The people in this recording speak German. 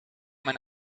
mein